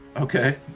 Okay